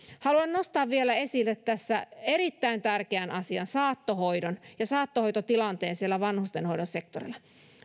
haluan nostaa vielä esille tässä erittäin tärkeän asian saattohoidon ja saattohoitotilanteen siellä vanhustenhoidon sektorilla